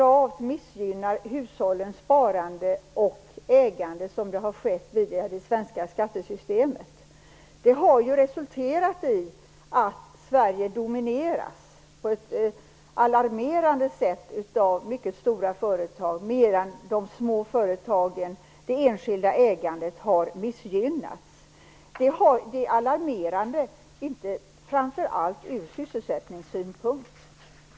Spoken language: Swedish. Att man med det svenska skattesystemet så gravt har missgynnat hushållens sparande och ägande har resulterat i att Sverige, på ett alarmerande sätt, domineras av mycket stora företag, medan de små företagen, det enskilda ägandet, har missgynnats. Det är alarmerande framför allt ur sysselsättningssynpunkt.